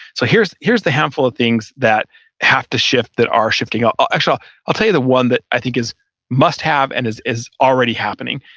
so here's here's the handful of things that have to shift that are shifting. actually, i'll i'll tell you the one that i think is must have and is is already happening,